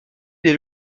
des